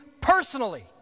personally